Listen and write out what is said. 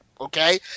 Okay